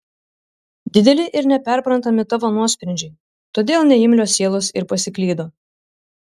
dideli ir neperprantami tavo nuosprendžiai todėl neimlios sielos ir pasiklydo